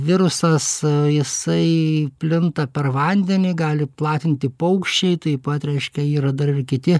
virusas jisai plinta per vandenį gali platinti paukščiai taip pat reiškia yra dar ir kiti